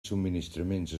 subministraments